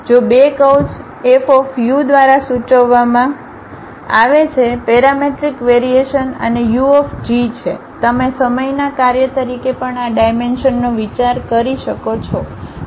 જો બે curves f દ્વારા સૂચવવામાં આવે છે પેરામેટ્રિક વેરીએશન અને u છે તમે સમયના કાર્ય તરીકે પણ આ ડાઈમેન્શનનો વિચાર કરી શકો છો